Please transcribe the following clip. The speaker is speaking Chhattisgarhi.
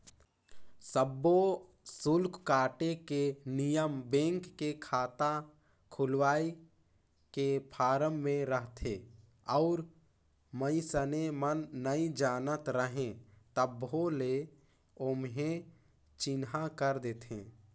सब्बो सुल्क काटे के नियम बेंक के खाता खोलवाए के फारम मे रहथे और मइसने मन नइ जानत रहें तभो ले ओम्हे चिन्हा कर देथे